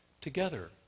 together